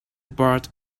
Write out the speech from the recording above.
part